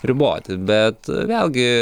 riboti bet vėlgi